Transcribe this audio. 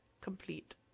complete